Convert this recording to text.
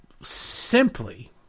simply